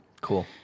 Cool